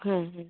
ᱦᱮᱸ ᱦᱮᱸ